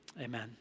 Amen